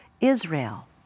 Israel